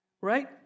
right